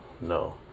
no